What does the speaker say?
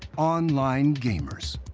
online gamers.